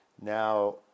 now